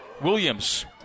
Williams